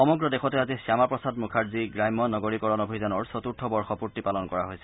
সমগ্ৰ দেশতে আজি শ্যামা প্ৰসাদ মুখাৰ্জী গ্ৰাম্য নগৰীকৰণ অভিযানৰ চতুৰ্থ বৰ্ষপূৰ্তি পালন কৰা হৈছে